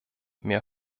mehr